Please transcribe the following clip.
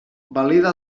valida